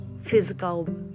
physical